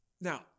Now